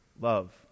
love